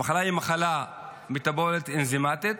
המחלה היא מחלה מטבולית אנזימטית,